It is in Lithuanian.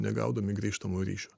negaudami grįžtamojo ryšio